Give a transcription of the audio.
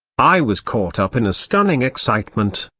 i was caught up in a stunning excitement.